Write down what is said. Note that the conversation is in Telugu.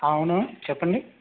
అవును చెప్పండి